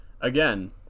again